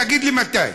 תגיד לי מתי.